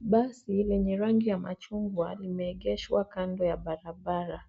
Basi lenye rangi ya machungwa limeegeshwa kando ya barabara.